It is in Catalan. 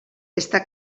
està